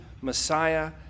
messiah